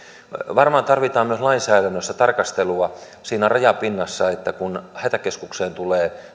varmaan tarvitaan myös lainsäädännössä tarkastelua siinä rajapinnassa että kun hätäkeskukseen tulee